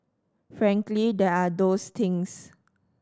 frankly there are those things